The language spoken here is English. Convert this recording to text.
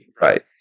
Right